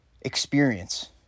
experience